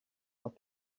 what